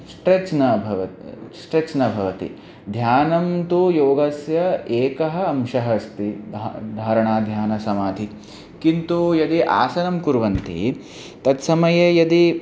stretch न भवतति stretch न भवति ध्यानं तु योगस्य एकः अंशः अस्ति धारणं धारणाध्यानसमाधयः किन्तु यदि आसनं कुर्वन्ति तत्समये यदि